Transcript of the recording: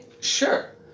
Sure